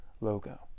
logo